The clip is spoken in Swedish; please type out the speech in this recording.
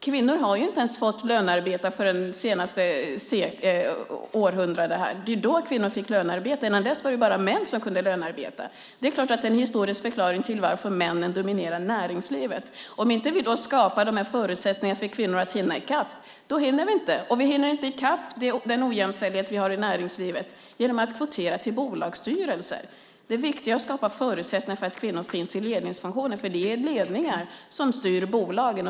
Kvinnor har inte fått lönearbeta förrän under det senaste århundradet. Det var då kvinnor fick lönearbeta. Innan dess var det bara män som kunde lönearbeta. Det är klart att det är en historisk förklaring till att männen dominerar näringslivet. Om vi inte skapar de här förutsättningarna för kvinnor att hinna i kapp hinner vi inte, och vi hinner inte i kapp den ojämställdhet vi har i näringslivet genom att kvotera till bolagsstyrelser. Det viktiga är att skapa förutsättningar för kvinnor att finnas i ledningsfunktioner, för det är ledningar som styr bolagen.